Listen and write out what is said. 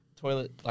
Toilet